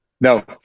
No